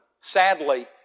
Sadly